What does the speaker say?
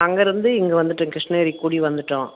அங்கேருந்து இங்கே வந்துவிட்டோம் கிருஷ்ணகிரிக்கு குடி வந்துவிட்டோம்